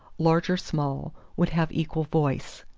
large or small, would have equal voice.